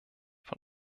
von